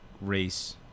race